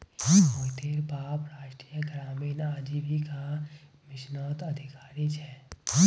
मोहितेर बाप राष्ट्रीय ग्रामीण आजीविका मिशनत अधिकारी छे